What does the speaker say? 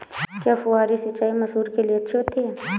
क्या फुहारी सिंचाई मसूर के लिए अच्छी होती है?